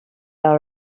all